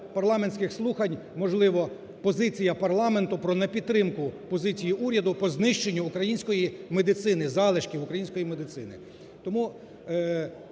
парламентських слухань, можливо, позиція парламенту про непідтримку позиції уряду по знищенню української медицини, залишків української медицини. Тому